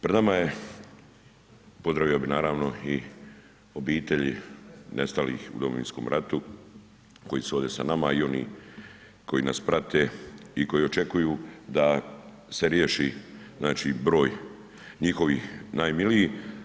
Pred nama je, pozdravio bih naravno i obitelji nestalih u Domovinskom ratu koji su ovdje sa nama i one koji nas prate i koji očekuju da se riješi znači broj njihovih najmilijih.